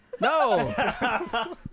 no